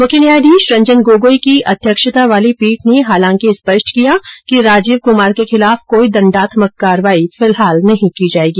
मुख्य न्यायाधीश रंजन गोगोई की अध्यक्षता वाली पीठ ने हालांकि स्पष्ट किया कि राजीव कुमार के खिलाफ कोई दण्डात्मक कार्रवाई फिलहाल नहीं की जायेगी